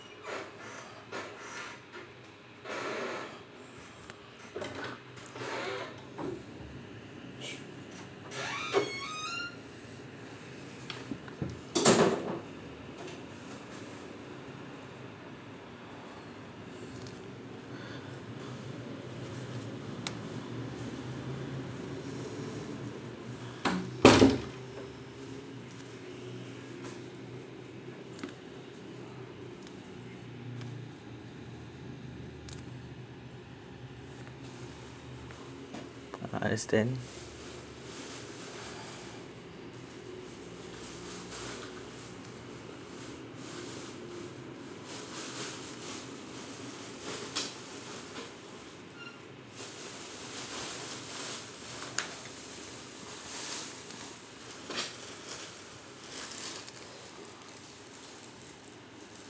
I understand